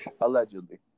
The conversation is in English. Allegedly